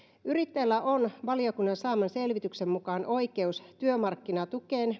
yrittäjällä on valiokunnan saaman selvityksen mukaan oikeus työmarkkinatukeen